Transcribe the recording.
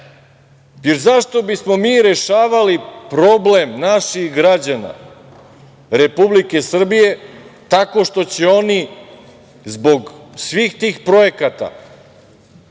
jer zašto bismo mi rešavali problem naših građana Republike Srbije tako što će oni zbog svih tih projekata